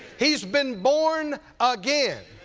he has been born again.